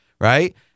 right